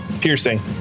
Piercing